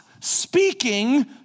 speaking